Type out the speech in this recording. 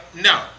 no